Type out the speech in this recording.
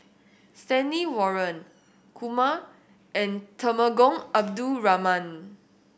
Stanley Warren Kumar and Temenggong Abdul Rahman